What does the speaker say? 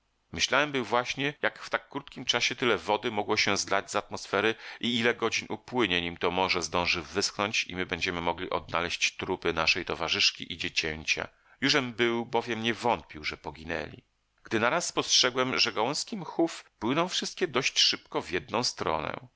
myślałem był właśnie jak w tak krótkim czasie tyle wody mogło się zlać z atmosfery i ile godzin upłynie nim to morze zdąży wyschnąć i my będziemy mogli odnaleść trupy naszej towarzyszki i dziecięcia jużem był bowiem nie wątpił że poginęli gdy naraz spostrzegłem że gałązki mchów płyną wszystkie dość szybko w jedną stronę